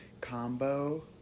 combo